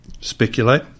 speculate